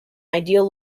ideal